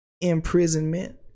imprisonment